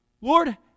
Lord